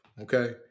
okay